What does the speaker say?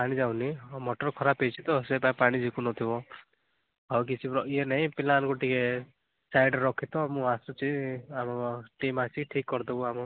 ପାଣି ଯାଉନି ହଁ ମଟର ଖରପ ହେଇଛି ତ ସିଏ ତା ପାଣି ଜିକୁ ନଥିବ ଆଉ କିଛି ଇଏ ନାଇଁ ପିଲାମାନଙ୍କୁ ଟିକିଏ ସାଇଟ୍ରେ ରଖିଥାଅ ମୁଁ ଆସୁଛି ଆଉ ଆଉ ଟିମ୍ ଆସିକି ଠିକ୍ କରିଦେବ ଆମ